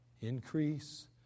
increase